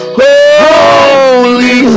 holy